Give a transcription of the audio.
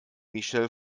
michelle